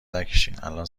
نکشینالان